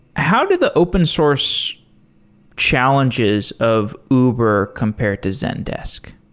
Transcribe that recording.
how did the open source challenges of uber compared to zendesk?